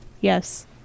yes